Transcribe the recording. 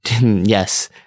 Yes